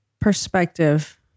perspective